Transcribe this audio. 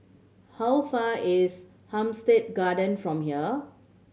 how far is Hampstead Garden from here